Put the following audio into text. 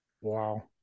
Wow